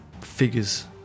figures